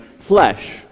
flesh